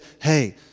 hey